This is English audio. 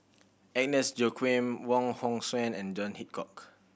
Agnes Joaquim Wong Hong Suen and John Hitchcock